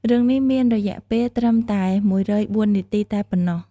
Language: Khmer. រឿងនេះមានរយៈពេលត្រឹមតែ ១០៤ នាទីតែប៉ុណ្ណោះ។